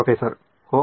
professor ಓಹ್